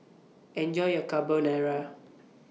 Enjoy your Carbonara